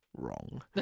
wrong